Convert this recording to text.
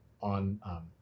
on